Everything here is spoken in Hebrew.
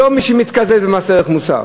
לא מי שמתקזז במס ערך מוסף.